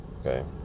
okay